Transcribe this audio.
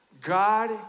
God